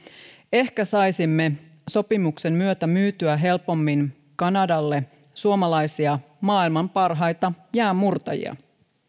ehkä saisimme sopimuksen myötä myytyä helpommin kanadalle suomalaisia maailman parhaita jäänmurtajia